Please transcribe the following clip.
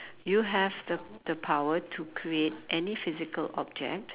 you have the the power to create any physical object